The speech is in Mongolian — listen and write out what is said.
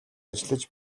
ажиллаж